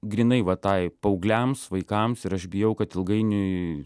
grynai va tai paaugliams vaikams ir aš bijau kad ilgainiui